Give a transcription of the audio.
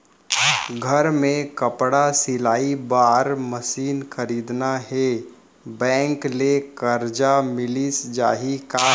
घर मे कपड़ा सिलाई बार मशीन खरीदना हे बैंक ले करजा मिलिस जाही का?